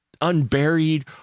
unburied